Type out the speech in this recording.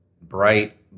bright